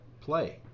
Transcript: play